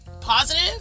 positive